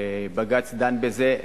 ובג"ץ דן בזה.